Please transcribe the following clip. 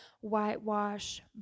whitewash